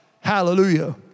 Hallelujah